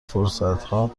فرصتها